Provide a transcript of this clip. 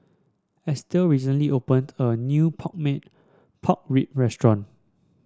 Estel recently opened a new pork pork rib restaurant